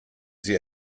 sie